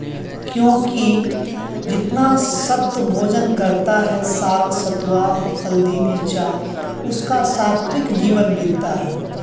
क्योंकि जितना सत्व भोजन करता है साग सतुआ हल्दी मिरचा उसका सात्विक जीवन बीतता है